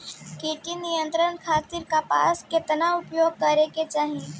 कीट नियंत्रण खातिर कपास केतना उपयोग करे के चाहीं?